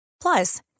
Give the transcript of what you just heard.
Plus